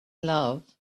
love